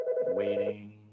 waiting